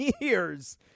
years